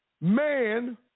man